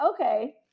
Okay